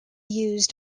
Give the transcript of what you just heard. used